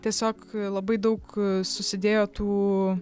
tiesiog labai daug susidėjo tų